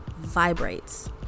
vibrates